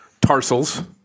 tarsals